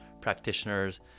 practitioners